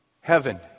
heaven